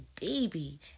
baby